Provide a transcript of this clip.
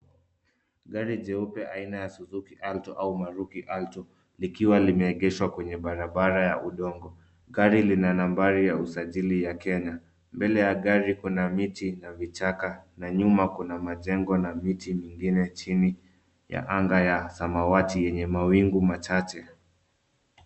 Gari jeupe aina ya Suzuku Alto au Maruti Alto, likiwa limeegeshwa kwenye barabara ya udongo. Gari lina nambari ya usajili ya Kenya. Mbele ya gari kuna miti na vichaka na nyuma kuna majengo na miti mingine chini ya anga ya samawati yenye mawingu machache.